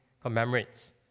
commemorates